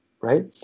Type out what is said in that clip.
right